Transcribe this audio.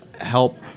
help